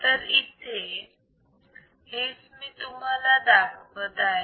तर इथे हेच मी तुम्हाला दाखवत आहे